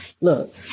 look